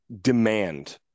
demand